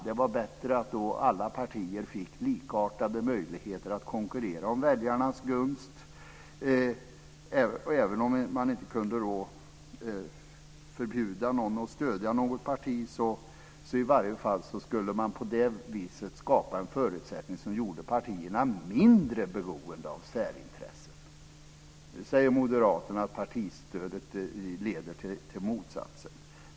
Det var då bättre att alla partier fick likartade möjligheter att konkurrera om väljarnas gunst. Även om man inte kunde förbjuda någon att stödja ett parti, kunde man på det viset i alla fall skapa en förutsättning för att göra partierna mindre beroende av särintressen. Nu säger Moderaterna att partistödet leder till motsatsen.